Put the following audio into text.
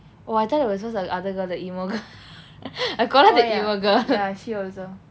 oh I thought it was just like the other girl the emo girl I call her the emo girl